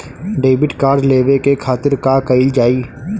Debit card लेवे के खातिर का कइल जाइ?